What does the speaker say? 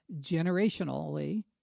generationally